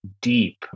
deep